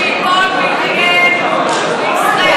שייפול ויתאייד וישחה,